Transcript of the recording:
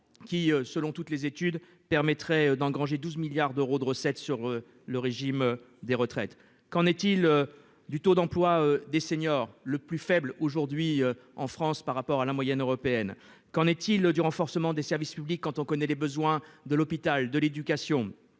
qui selon toutes les études permettrait d'engranger 12 milliards d'euros de recettes sur le régime des retraites. Qu'en est-il du taux d'emploi des seniors, le plus faible aujourd'hui en France par rapport à la moyenne européenne. Qu'en est-il du renforcement des services publics. Quand on connaît les besoins de l'hôpital de l'éducation.